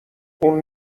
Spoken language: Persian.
اون